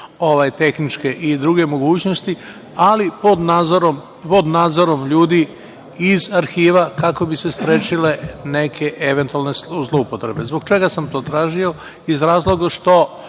tehničke i druge mogućnosti, ali pod nadzorom ljudi iz arhiva kako bi se sprečile neke eventualne zloupotrebe. Zbog čega sam ta tražio? Iz razloga što